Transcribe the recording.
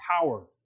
power